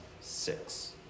six